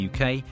UK